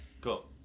Cool